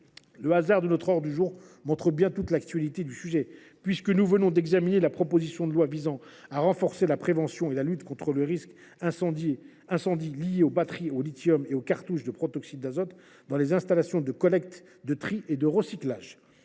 Le hasard de notre ordre du jour montre bien toute l’actualité du sujet, puisque nous venons d’examiner la proposition de loi visant à renforcer la prévention des risques d’accident liés aux batteries au lithium et aux cartouches de protoxyde d’azote dans les installations de traitement des déchets.